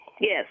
Yes